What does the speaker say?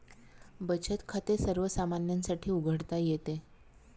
बचत खाते सर्वसामान्यांसाठी उघडता येते